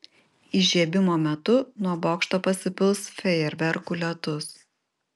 įžiebimo metu nuo bokšto pasipils fejerverkų lietus